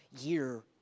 year